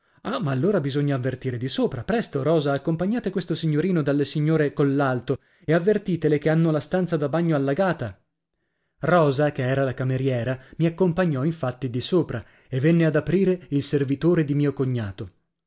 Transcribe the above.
ah ma allora bisogna avvertire di sopra presto rosa accompagnate questo signorino dalle signore collalto e avvertitele che hanno la stanza da bagno allagata rosa che era la cameriera mi accompagnò infatti di sopra e venne ad aprire il servitore di mio cognato